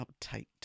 uptight